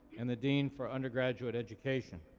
and the dean for undergraduate education.